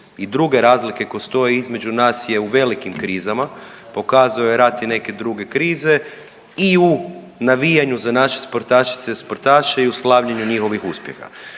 i druge razlike koje stoje između nas je u velikim krizama. Pokazuje rat i neke druge krize i u navijanju za naše sportašice i sportaše i u slavljenju njihovih uspjeha.